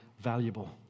valuable